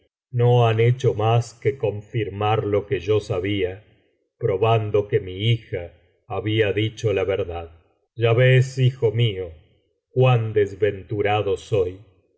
no han hecho mas que confirmar lo que yo sabía probando que mi hija había dicho la verdad ya ves hijo mío cuan desventurado soy de